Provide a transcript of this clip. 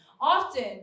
Often